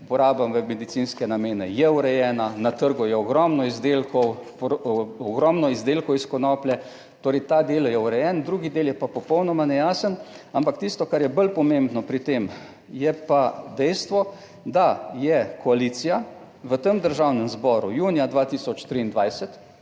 uporaba v medicinske namene je urejena, na trgu je ogromno izdelkov, ogromno izdelkov iz konoplje, torej ta del je urejen, drugi del je pa popolnoma nejasen, ampak tisto, kar je bolj pomembno pri tem je pa dejstvo, da je koalicija v tem Državnem zboru junija 2023